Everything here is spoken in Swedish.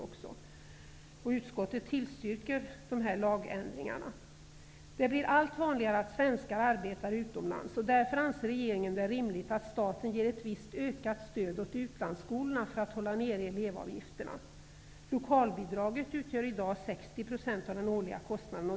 Utskottet tillstyrker dessa lagändringar. Det blir allt vanligare att svenskar arbetar utomlands. Därför anser regeringen det rimligt att staten ger ett visst ökat stöd åt utlandsskolorna för att hålla nere elevavgifterna. Lokalbidraget utgör i dag 60 % av den årliga kostnaden.